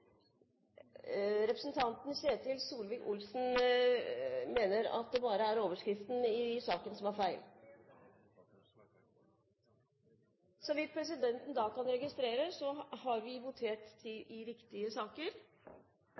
Representanten Ketil Solvik-Olsen mener at det bare er overskriften i saken som er feil.